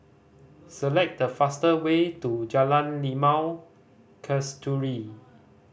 select the fast way to Jalan Limau Kasturi